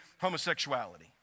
homosexuality